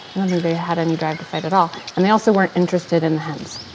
i don't think they had any drive to fight at all and they also weren't interested in the hens.